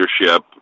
leadership